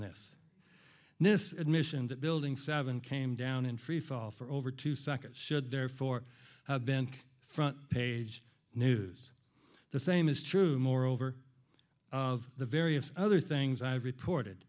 this this admission that building seven came down in freefall for over two seconds should therefore have been front page news the same is true moreover of the various other things i've reported